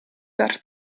per